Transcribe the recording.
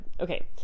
okay